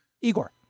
Igor